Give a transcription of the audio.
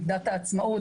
היא איבדה את העצמאות,